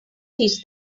teach